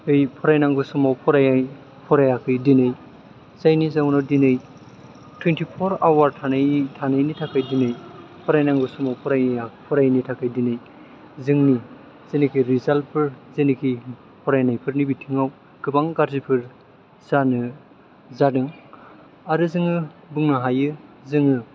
फरायनांगौ समाव फरायाखै दिनै जायनि जाउनाव दिनै टुइनटि फर आवार थानायनि थाखाय फरायनांगौ समाव फरायैनि थाखाय दिनै जोंनि जिनेखि रिजाल्ट फोर जिनेखि फरायनायफोरनि बिथिङाव गोबां गाज्रिफोर जानो जादों आरो जोङो बुंनो हायो जोङो